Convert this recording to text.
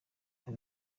nka